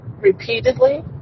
repeatedly